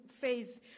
faith